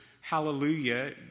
hallelujah